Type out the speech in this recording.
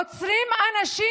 עוצרים אנשים